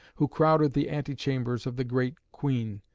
who crowded the antechambers of the great queen,